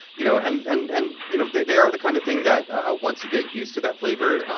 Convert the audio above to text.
you know and and and you know they are the kind of thing that once you get used to that flavor,